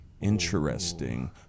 Interesting